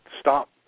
Stop